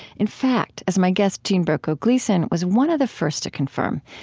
in fact, as my guest jean berko gleason was one of the first to confirm,